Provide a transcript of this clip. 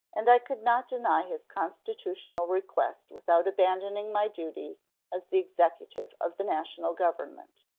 and i could not deny his constitutional request without abandoning my duty as the executive of the national government.